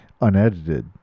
unedited